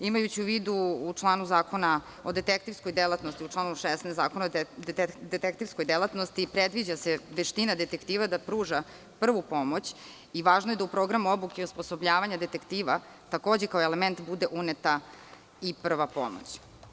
Imajući u vidu u članu 16. zakona o detektivskoj delatnosti predviđa se veština detektiva da pruža prvu pomoć i važno je da u program obuke i osposobljavanja detektiva takođe kao element bude uneta i prva pomoć.